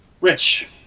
Rich